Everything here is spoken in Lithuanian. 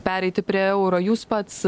pereiti prie euro jūs pats